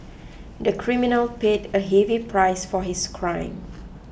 the criminal paid a heavy price for his crime